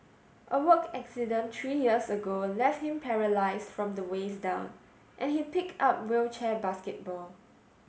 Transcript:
a work accident three years ago left him paralysed from the waist down and he picked up wheelchair basketball